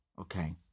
Okay